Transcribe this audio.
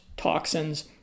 toxins